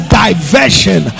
diversion